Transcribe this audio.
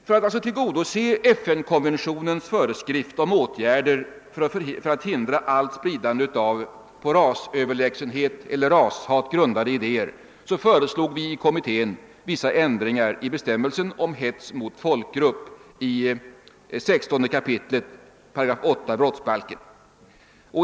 För att uppfylla FN-konventionens föreskrift om åtgärder för att hindra allt spridande av på rasöverlägsenhet eller rashat grundade idéer föreslog kommittén vissa ändringar i bestämmelsen om hets mot folkgrupp, 16 kap. 8 § brottsbalken.